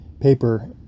paper